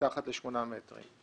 מתחת לשמונה מטרים.